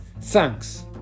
thanks